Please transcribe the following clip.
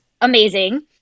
amazing